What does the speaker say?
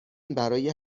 برای